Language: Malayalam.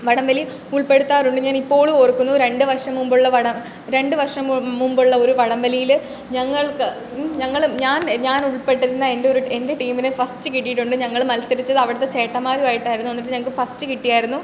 വടം വലി ഉൾപ്പെടുത്താറുണ്ട് ഞാൻ ഇപ്പോഴും ഓർക്കുന്നു രണ്ട് വർഷം മുൻപുള്ള വട രണ്ട് വർഷം മുൻപുള്ള ഒരു വടം വലിയിൽ ഞങ്ങൾക്ക് ഞങ്ങളും ഞാൻ ഞാൻ ഉൾപ്പെട്ടിരുന്ന എൻ്റെ ഒരു എൻ്റെ ടീമിന് ഫസ്റ്റ് കിട്ടിയിട്ടുണ്ട് ഞങ്ങൾ മത്സരിച്ചത് അവിടുത്തെ ചേട്ടന്മാരും ആയിട്ടായിരുന്നു എന്നിട്ട് ഞങ്ങൾക്ക് ഫസ്റ്റ് കിട്ടിയായിരുന്നു